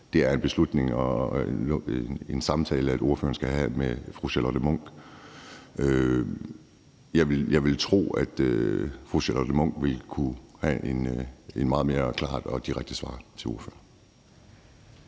Det er en samtale, ordføreren skal have med fru Charlotte Munch. Jeg vil tro, at fru Charlotte Munch vil kunne have et meget mere klart og direkte svar til ordføreren.